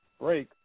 break